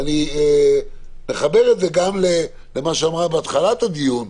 אני מחבר את זה גם למה שנאמר בתחילת הדיון,